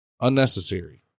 unnecessary